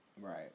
Right